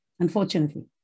Unfortunately